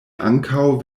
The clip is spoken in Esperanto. ankaŭ